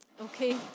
Okay